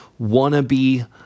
wannabe